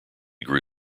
grew